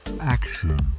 Action